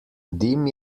dim